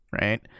right